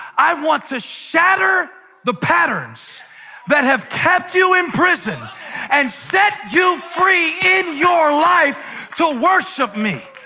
i want to shatter the patterns that have kept you in prison and set you free in your life to worship me.